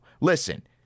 Listen